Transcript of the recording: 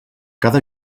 cada